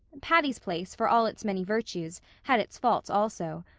patty's place for all its many virtues, had its faults also.